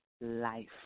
life